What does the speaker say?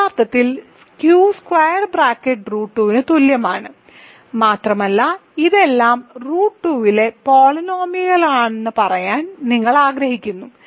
യഥാർത്ഥത്തിൽ Q square bracket root 2 ന് തുല്യമാണ് മാത്രമല്ല ഇതെല്ലാം റൂട്ട് 2 ലെ പോളിനോമിയലുകളാണെന്ന് പറയാൻ നിങ്ങൾ ആഗ്രഹിക്കുന്നു